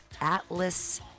Atlas